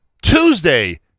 Tuesday